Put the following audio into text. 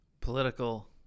political